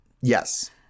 Yes